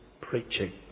preaching